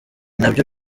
nabyo